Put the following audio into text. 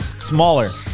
smaller